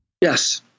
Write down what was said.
Yes